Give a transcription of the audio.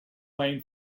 lane